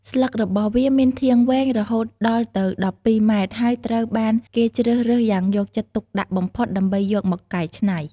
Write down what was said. ស្លឹករបស់វាមានធាងវែងរហូតដល់ទៅ ១២ ម៉ែត្រ ហើយត្រូវបានគេជ្រើសរើសយ៉ាងយកចិត្តទុកដាក់បំផុតដើម្បីយកមកកែច្នៃ។